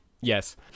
Yes